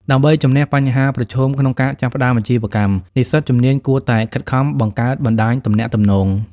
ដើម្បីជំនះបញ្ហាប្រឈមក្នុងការចាប់ផ្តើមអាជីវកម្ម និស្សិតជំនាញគួរតែខិតខំបង្កើតបណ្តាញទំនាក់ទំនង។